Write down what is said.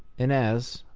and as,